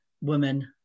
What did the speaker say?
women